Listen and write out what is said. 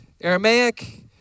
Aramaic